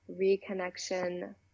Reconnection